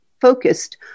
focused